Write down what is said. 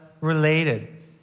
related